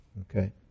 Okay